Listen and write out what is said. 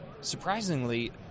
surprisingly